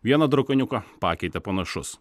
vieną drakoniuką pakeitė panašus